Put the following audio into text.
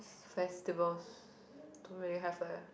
festivals don't really have eh